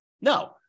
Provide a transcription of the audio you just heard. No